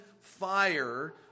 fire